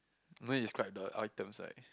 mind describe the items like